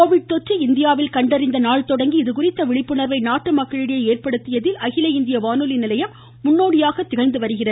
Covid வானொலி Covid தொற்று இந்தியாவில் கண்டறிந்த நாள் தொடங்கி இதுகுறித்த விழிப்புணா்வை நாட்டு மக்களிடையே ஏற்படுத்தியதில் அகில இந்திய வானொலி நிலையம் முன்னோடியாக திகழ்ந்து வருகிறது